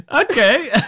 Okay